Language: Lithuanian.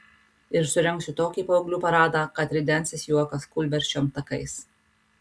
ir surengsiu tokį paauglių paradą kad ridensis juokas kūlversčiom takais